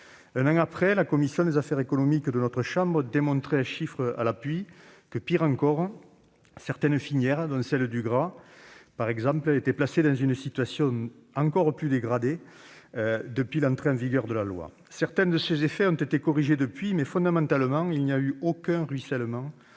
Un an après, la commission des affaires économiques de notre chambre démontrait, chiffres à l'appui, que, pis encore, certaines filières, dont celle du gras, étaient placées dans une situation encore plus dégradée depuis l'entrée en vigueur de la loi. Certains de ses effets ont été corrigés depuis lors, mais, fondamentalement, il n'y a eu aucun ruissellement